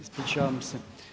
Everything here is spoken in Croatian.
Ispričavam se.